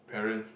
parents